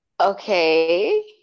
Okay